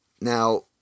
Now